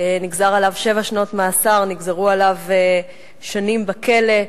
נגזרו עליו שבע שנות מאסר, נגזרו עליו שנים בכלא.